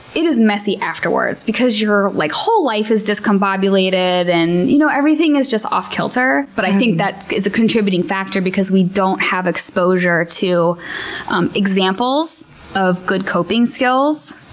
it is messy afterwards because your like whole life is discombobulated, and you know everything is just off kilter. but i think that is a contributing factor, because we don't have exposure to um examples of good coping skills,